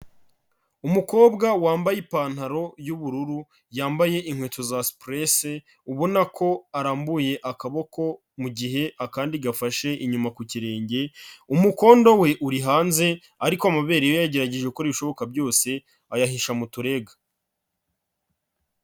Umukobwa wambaye ipantaro y'ubururu, yambaye inkweto za supurese, ubona ko arambuye akaboko, mu gihe akandi gafashe inyuma ku kirenge, umukondo we uri hanze ariko amabere yo yagerageje gukora ibishoboka byose ayahisha mu turega.